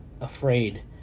afraid